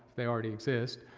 they already exist,